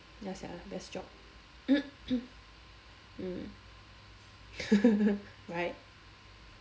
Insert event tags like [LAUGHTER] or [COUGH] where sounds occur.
ya sia best job [COUGHS] mm [LAUGHS] right